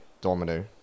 Domino